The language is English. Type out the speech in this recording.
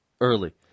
early